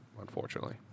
unfortunately